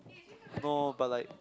no but like